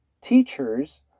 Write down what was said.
teachers